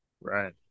Right